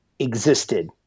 existed